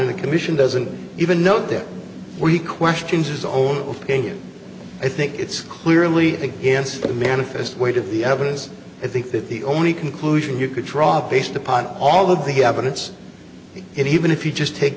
in the commission doesn't even know that we questioned his own opinion i think it's clearly against the manifest weight of the evidence i think that the only conclusion you could draw based upon all of the evidence and even if you just take